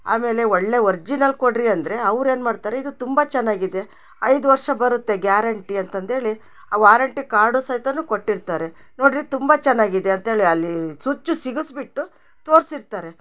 ಆಮೇಲೆ ಒಳ್ಳೆಯ ವರ್ಜಿನಲ್ ಕೊಡ್ರಿ ಅಂದರೆ ಅವ್ರೇನು ಮಾಡ್ತಾರೆ ಇದು ತುಂಬಾ ಚೆನ್ನಾಗಿದೆ ಐದು ವರ್ಷ ಬರುತ್ತೆ ಗ್ಯಾರಂಟಿ ಅಂತಂದೇಳಿ ಆ ವಾರಂಟಿ ಕಾರ್ಡು ಸಹಿತಾನು ಕೊಟ್ಟಿರ್ತಾರೆ ನೋಡ್ರಿ ತುಂಬಾ ಚೆನ್ನಾಗಿದೆ ಅಂತೇಳಿ ಅಲ್ಲಿ ಸುಚ್ಚು ಸಿಗಸ್ಬಿಟ್ಟು ತೋರ್ಸಿರ್ತಾರೆ